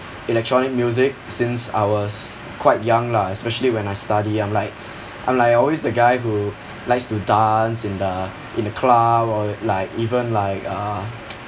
electronic music since I was quite young lah especially when I study I'm like I'm like always the guy who likes to dance in the in the club or like even like uh